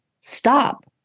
stop